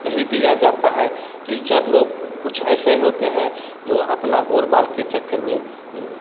नहीं दिया जाता है टीचर लोग कुछ ऐसे होते हैं जो अपना गोलमाल के चक्कर में